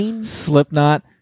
Slipknot